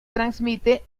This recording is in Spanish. transmite